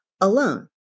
alone